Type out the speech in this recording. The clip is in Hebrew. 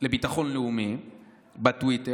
לביטחון לאומי בטוויטר?